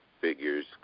figures